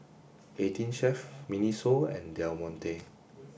eighteen Chef Miniso and Del Monte